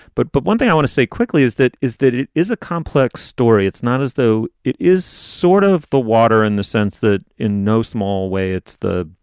but but one thing i want to say quickly is that is that it is a complex story. it's not as though it is sort of the water in the sense that in no small way it's the.